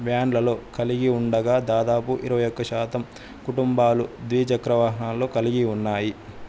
van లలో కలిగియుండగా దాదాపు ఇరవై ఒక్క శాతం కుటుంబాలు ద్వీచక్ర వాహనాలు కలిగి ఉన్నాయి